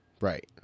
Right